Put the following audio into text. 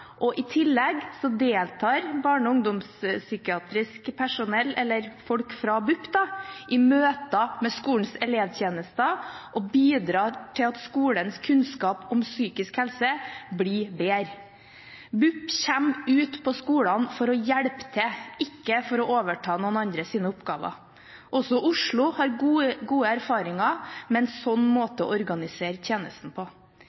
og i tillegg deltar barne- og ungdomspsykiatrisk personell, folk fra BUP, i møter med skolens elevtjenester og bidrar til at skolens kunnskap om psykisk helse blir bedre. BUP kommer ut på skolene for å hjelpe til, ikke for å overta noen andres oppgaver. Også Oslo har gode erfaringer med en slik måte å organisere tjenesten på.